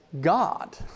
God